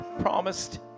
promised